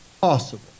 possible